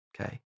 okay